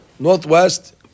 Northwest